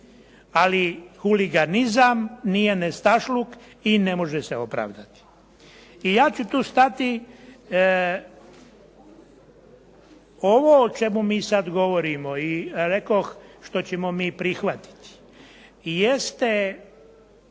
ali huliganizam nije nestašluk i ne može se opravdati. I ja ću tu stati. Ovo o čemu mi sada govorimo i rekoh što ćemo mi prihvatiti